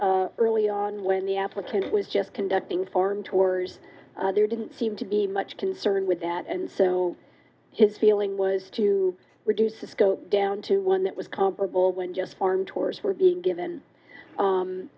early on when the application was just conducting form tours there didn't seem to be much concern with that and so his feeling was to reduce the scope down to one that was comparable when just formed tours were being given